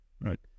right